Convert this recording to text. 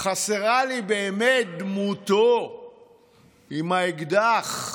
חסרה לי באמת דמותו עם האקדח,